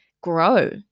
grow